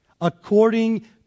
according